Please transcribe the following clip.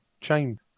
chain